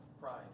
Pride